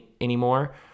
anymore